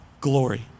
glory